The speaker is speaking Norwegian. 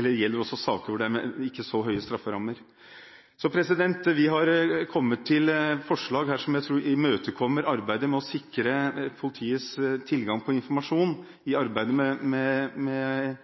i saker hvor det ikke er så høye strafferammer. Vi har kommet fram til et forslag her som jeg tror imøtekommer arbeidet med å sikre politiets tilgang på informasjon med